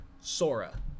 sora